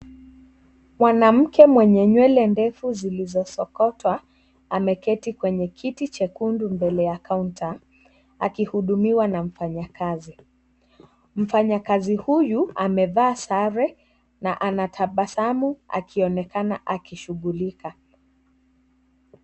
Mwananke mwenye nywele ndefu zilizosokota ameketi kwenye kiti chekundu mbele ya counter akihudumiwa na mfnayakazi, mfanyakazi huyu amevaa sare na anatabasamu akionekana akishugulika.